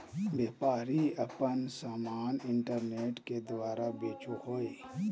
व्यापारी आपन समान इन्टरनेट के द्वारा बेचो हइ